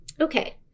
Okay